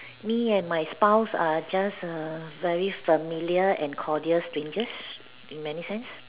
me and my spouse are just err very familiar and cordial strangers in many sense